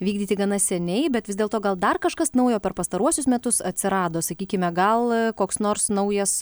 vykdyti gana seniai bet vis dėlto gal dar kažkas naujo per pastaruosius metus atsirado sakykime gal koks nors naujas